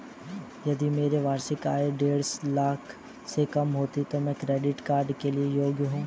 यदि मेरी वार्षिक आय देढ़ लाख से कम है तो क्या मैं क्रेडिट कार्ड के लिए योग्य हूँ?